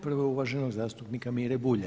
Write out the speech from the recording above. Prvo je uvaženog zastupnika Mire Bulja.